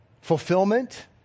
fulfillment